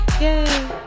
yay